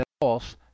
False